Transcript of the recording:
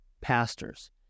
pastors